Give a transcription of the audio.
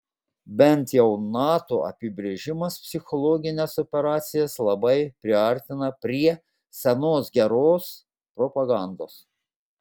bent jau nato apibrėžimas psichologines operacijas labai priartina prie senos geros propagandos